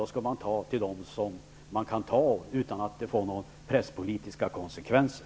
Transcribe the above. Då skall man ta från dem som det går att ta från utan att det får några presspolitiska konsekvenser.